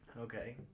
Okay